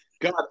God